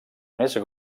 més